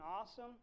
awesome